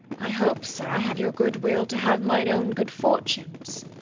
i hope, sir, i have your good will to have mine own good fortunes.